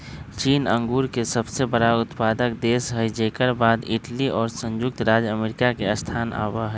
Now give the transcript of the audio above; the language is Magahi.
चीन अंगूर के सबसे बड़ा उत्पादक देश हई जेकर बाद इटली और संयुक्त राज्य अमेरिका के स्थान आवा हई